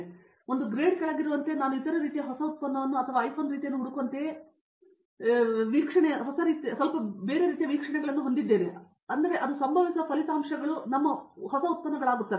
ಆದ್ದರಿಂದ ಒಂದು ಗ್ರೇಡ್ ಕೆಳಗಿರುವಂತೆ ನಾನು ಇತರ ರೀತಿಯ ಹೊಸ ಉತ್ಪನ್ನವನ್ನು ಅಥವಾ ಐಫೋನ್ ರೀತಿಯನ್ನು ಹುಡುಕುವಂತೆಯೇ ಇತರರು ಹೊಂದಿರುವುದರಿಂದ ಸ್ವಲ್ಪ ರೀತಿಯ ವೀಕ್ಷಣೆಗಳನ್ನು ಹೊಂದಿದ್ದೇವೆ ಮತ್ತು ಅದು ಸಂಭವಿಸುವ ಫಲಿತಾಂಶಗಳು ನಮ್ಮ ಉತ್ಪನ್ನಗಳಾಗಿವೆ